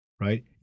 right